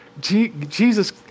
Jesus